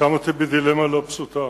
ושם אותי בדילמה לא פשוטה.